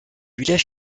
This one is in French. villages